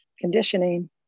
conditioning